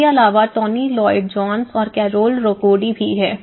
इसके अलावा Tony Lloyd Jones और कैरोल राकोडी भी है